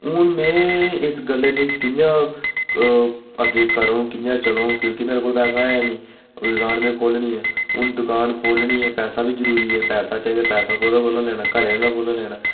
हून में इस गल्लै लेई कि'''यां अग्गेै करङ कि'यां करङ क्योंकि मेरे कोल पैसा ऐ निं ऐ ते दकान में खोह्लनी ऐ ते हून में दकान खोह्लनी ऐ ते में पैसा बी जरूरी ऐ ते पैसा में कोह्दे कोला लैना घरै आह्लें कोला लैना